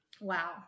Wow